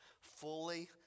fully